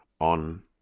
on